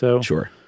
Sure